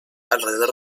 alrededor